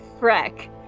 Freck